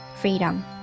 freedom